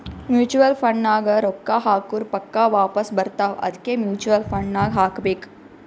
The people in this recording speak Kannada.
ಮೂಚುವಲ್ ಫಂಡ್ ನಾಗ್ ರೊಕ್ಕಾ ಹಾಕುರ್ ಪಕ್ಕಾ ವಾಪಾಸ್ ಬರ್ತಾವ ಅದ್ಕೆ ಮೂಚುವಲ್ ಫಂಡ್ ನಾಗ್ ಹಾಕಬೇಕ್